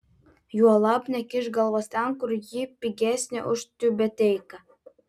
juolab nekišk galvos ten kur ji pigesnė už tiubeteiką